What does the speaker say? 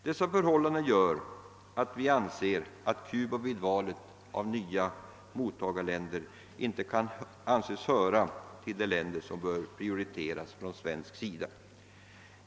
Dessa förhållanden gör att vi anser att Cuba vid valet av nya mottagarländer inte kan anses höra till de länder som bör prioriteras från svensk sida.